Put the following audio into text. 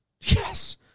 Yes